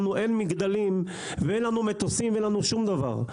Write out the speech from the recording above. לנו אין מגדלים ואין לנו מטוסים ואין לנו שום דבר.